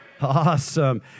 Awesome